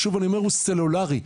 הוא סלולרי רגיל.